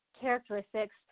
characteristics